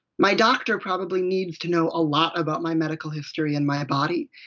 my doctor probably needs to know a lot about my medical history and my body.